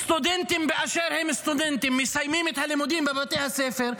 --- סטודנטים באשר הם סטודנטים מסיימים את הלימודים בבתי הספר,